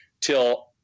till